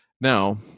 Now